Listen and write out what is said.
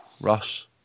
Ross